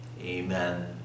Amen